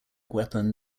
weapon